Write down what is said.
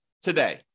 today